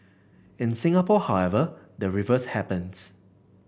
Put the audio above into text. in Singapore however the reverse happens